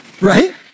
right